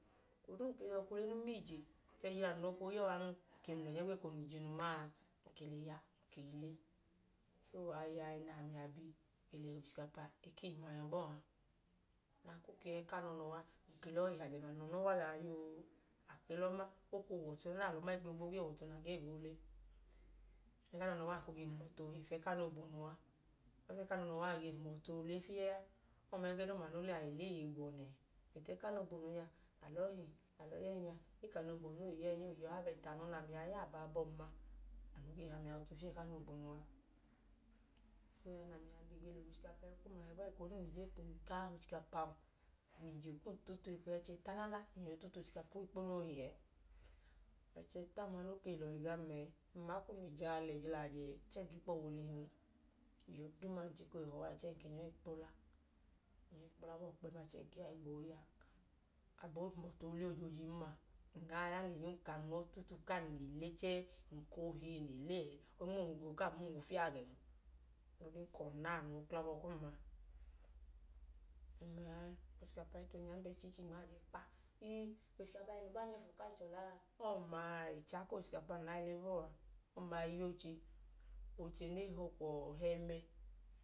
Ekoduu num ke dọka num ma ije ga ẹjila num dọka ooyọọ an, ng ke mlẹnyọ gbeko num lẹ ije nu ma a, ng ke le ya ng le le. So, aya ẹẹ nẹ ami a ge le he ochikapa ẹkiyim a yọ bọọ a. O ke wẹ ẹku anọ nọwa, a lọọ he o ke wẹ ọnọwa liya yoo. A ke lọọ ma, o koo huwọ ọtun naana, a lọọ ma o gee huwọ ọtu oole. Ẹku anọ nọwa a koo ge hum ọtu oohe fiyẹ ẹku anọ obonu a. Ẹku anọ nọwa a ge hum ọtu oole fiyẹ aọma ẹgẹ doodu noo lẹ a le le iye gbo uwọ nẹẹ. Bọtu ẹku anọ obonu nya, a lọọ he, a lọọ ya ẹẹnya, e ke anọ obonu ọọ ya a, aman anọ nẹ ami a ya abaabọm ma, ge he ami a ọtu fiyẹ ẹku anọ obonu a. Ẹgẹẹ nẹ ami a ge bi le he ochikapa kum a yọ bọọ a eko duu num je ka um gaa he ochikapan, ng lẹ ije kum tutu, ekohi ẹchi ẹta naana ng yọi tutu ochikapa eekponu oohe ẹ. Ẹchi ẹta ọma num ke ma ka o ke le lọhi gam ẹẹ, num ma ka um lẹ ije a lẹ jila ajẹ ẹẹ, chẹẹ ng ke kwu ọwẹ oolihi u. Iyo duuma num ke chika oole he ọọ a, chẹẹ ng ke nyọ i kpo la. Ng lẹ iyo kpo la kpẹẹm a chẹẹ ng ke wa i gboo ya ọọ. Aboo hum ọtu oole ojoojin ma, ng gaa ya liya eyi yum kan lọọ tutu kan le le chẹẹ o nmum unwu naana ẹẹ, o nmum unwu fiya gẹn. Ohigbun ka ọna a, anu wẹ uklọ abọ kum a. Ọma ya nẹ ochikapa i too nyanjẹ kpa, ii ochikapa a na aa i gaa chọla a? Ọma a, ẹnya ku ochikapa nẹ aa yọi tine bọọ a. Ọma i ya oche, oche ne i họ ka ọọ, ohẹmẹ.